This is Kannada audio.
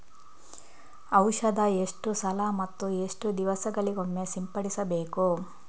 ಔಷಧ ಎಷ್ಟು ಸಲ ಮತ್ತು ಎಷ್ಟು ದಿವಸಗಳಿಗೊಮ್ಮೆ ಸಿಂಪಡಿಸಬೇಕು?